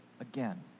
again